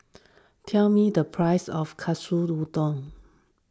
tell me the price of Katsu Tendon